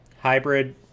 hybrid